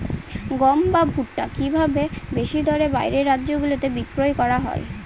গম বা ভুট্ট কি ভাবে বেশি দরে বাইরের রাজ্যগুলিতে বিক্রয় করা য়ায়?